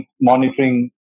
monitoring